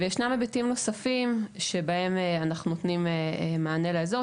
ויש היבטים נוספים שבהם אנחנו נותנים מענה לאזור,